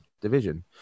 division